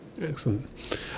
Excellent